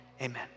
amen